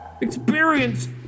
Experience